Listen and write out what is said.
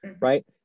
right